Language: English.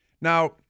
now